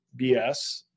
BS